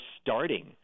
starting